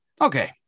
Okay